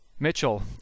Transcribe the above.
Mitchell